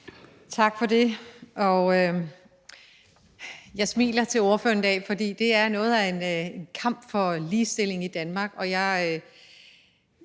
Tak for det. Jeg smiler til ordføreren i dag, fordi det er noget af en kamp for ligestilling i Danmark. Jeg